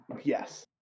yes